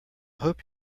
hope